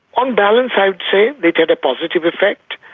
on balance, i would say they've had a positive effect.